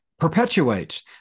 Perpetuates